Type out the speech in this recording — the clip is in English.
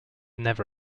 never